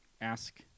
ask